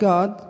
God